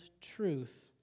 truth